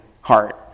heart